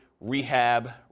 rehab